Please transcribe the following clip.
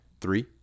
three